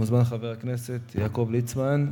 מוזמן חבר הכנסת יעקב ליצמן.